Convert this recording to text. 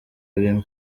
bimwe